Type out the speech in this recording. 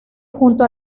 junto